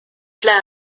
plat